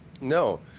No